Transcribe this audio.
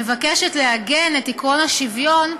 מבקשת לעגן את עקרון השוויון בחוק-יסוד: